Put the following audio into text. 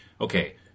Okay